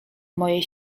mojej